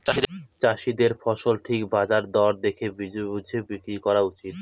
চাষীদের ফসল ঠিক বাজার দর দেখে বুঝে বিক্রি করা উচিত